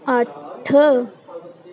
ਅੱਠ